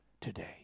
today